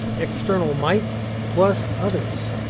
external mic plus others.